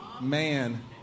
Man